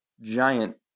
giant